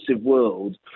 world